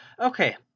Okay